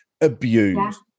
abused